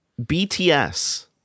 bts